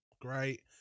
great